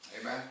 Amen